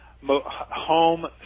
home